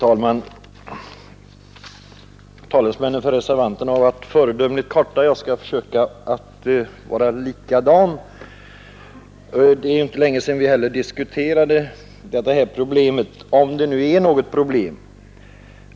Herr talman! Reservanternas talesmän har hållit föredömligt korta anföranden, och jag skall försöka göra detsamma. Det är ju inte länge sedan vi diskuterade det här problemet, om det nu är något problem.